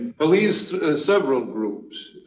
ah these several groups